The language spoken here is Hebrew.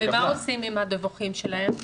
ומה עושים עם הדיווחים שלהם?